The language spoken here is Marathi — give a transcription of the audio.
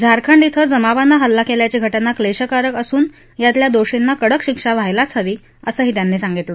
झारखंड श्वी जमावानं हल्ला केल्याची घजा क्लेशकारक असून यातल्या दोषींना कडक शिक्षा व्हायलाच हवी असं त्यांनी सांगितलं